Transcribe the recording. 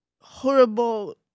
horrible